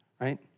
right